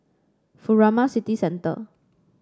Furama City Centre